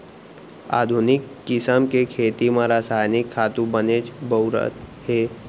आधुनिक किसम के खेती म रसायनिक खातू बनेच बउरत हें